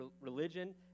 religion